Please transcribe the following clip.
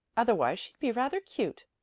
otherwise she'd be rather cute.